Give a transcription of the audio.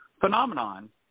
phenomenon